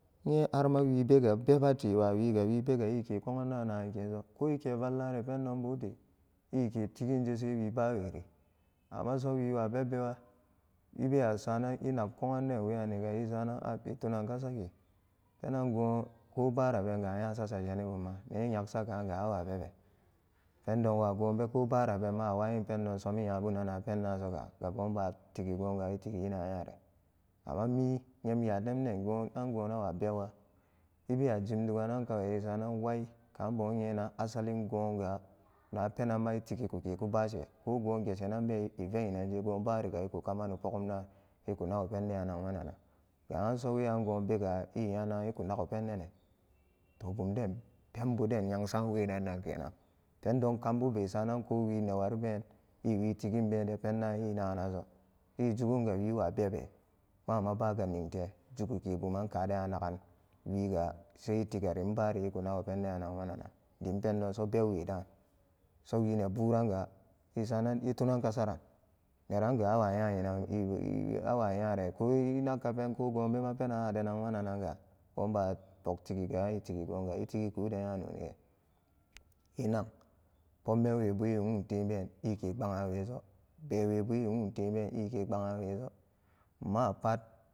Inye harma wibega bebete wawiga wibega ike ko'an da'ankeso ko eke vallare pendo bute ike tiginje se wibaweri ammaso wiwa bebbewa ebawa sanan inak ko'an be beniga isanan ap etunanka sake penan go wo barabenga anya sashine bunma ne nyeksa kanga awa bebe pendon wa gobe ko barabenba awanyin pendon somi nyabunana penda soga abonba tigi goga etigi na nyare amma mi nyem yatem jengo-angobewe be bebwa ebewa jimdu'an kawai esanan wai ka bonyenan asalin gonga wa penanma etigikuke gonku bashe ko gogeshenan be eve nyinanje go banga eku kamana pugum dan eku nago penden a nagmananan ga anso weyan gobega eyanagan eku naga pendene to bumden pembuden nyensan weyan nan kenan pendon kambuke sananko wi newaribe ewi tiginbe de penda eya naganan ejugunga wi bewa bebe mama baga ningte juguke buman kade anagan wigase etigari inbari eku nago penden anag mananan dim pendonso bebwedan sowi neburanga esa'anan etunanka saran neranga awa nya inan ewi-awanyare ka enagka penko gobema pena ade nagmanananga boba bogtigiga an epogbigigon ga etigiku denyanoni inak popmemwebu e nwun tenbe eke ba'aweso bewebuenwu tenbe ekeba'aweso mapat.